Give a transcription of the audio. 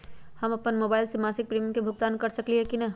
हम अपन मोबाइल से मासिक प्रीमियम के भुगतान कर सकली ह की न?